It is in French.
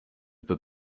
peux